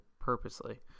purposely